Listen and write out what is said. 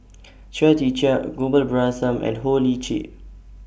Chia Tee Chiak Gopal Baratham and Ho Lick Chee